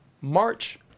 March